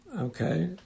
Okay